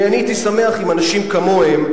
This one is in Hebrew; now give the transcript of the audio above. אני הייתי שמח אם אנשים כמוהם,